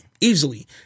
easily